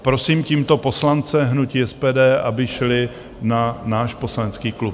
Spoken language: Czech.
Prosím tímto poslance hnutí SPD, aby šli na náš poslanecký klub.